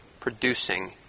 producing